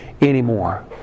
anymore